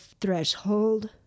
threshold